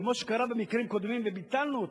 כמו שקרה במקרים קודמים וביטלנו זאת.